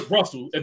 Russell